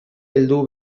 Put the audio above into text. heldu